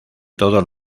todos